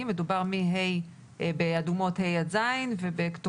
אלא מדובר מכיתות ה' עד ז' בערים אדומות.